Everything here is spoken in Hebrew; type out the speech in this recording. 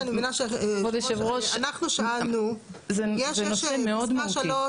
כבוד היושב ראש, זה נושא מאוד מהותי.